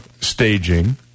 staging